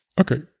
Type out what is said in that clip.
Okay